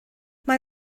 mae